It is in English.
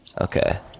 Okay